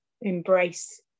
embrace